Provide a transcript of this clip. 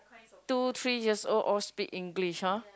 two three years old all speak English [huh]